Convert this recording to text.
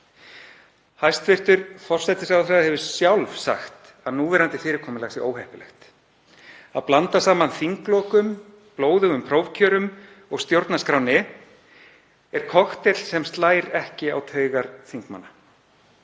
Hæstv. forsætisráðherra hefur sjálf sagt að núverandi fyrirkomulag sé óheppilegt. Að blanda saman þinglokum, blóðugum prófkjörum og stjórnarskránni er kokteill sem slær ekki á taugar þingmanna.